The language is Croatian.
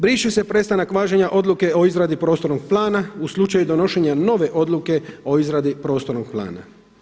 Brišu se prestanak važenja odluke o izradi prostornog plana u slučaju donošenja nove odluke o izradi prostornog plana.